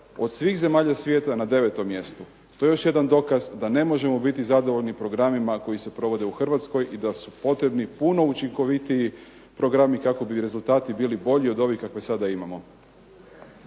od svih zemalja svijeta na 9. mjestu. To je još jedan dokaz da ne možemo biti zadovoljni programima koji se provode u Hrvatskoj i da su potrebni puno učinkovitiji programi kako bi rezultati bili bolji od ovih kakve sada imamo.